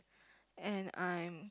and I'm